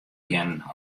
kinnen